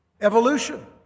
Evolution